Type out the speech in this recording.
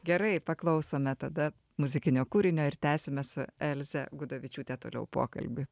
gerai paklausome tada muzikinio kūrinio ir tęsime su elze gudavičiūte toliau pokalbį